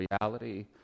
reality